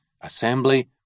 assembly